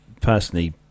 personally